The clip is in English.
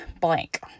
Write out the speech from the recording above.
blank